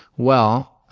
well,